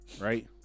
Right